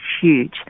huge